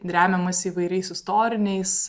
remiamasi įvairiais istoriniais